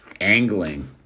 angling